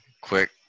quick